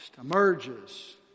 emerges